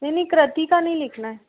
नहीं नहीं क्रातिका नहीं लिखना है